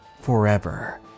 forever